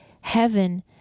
heaven